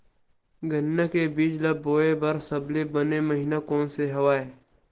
गन्ना के बीज ल बोय बर सबले बने महिना कोन से हवय?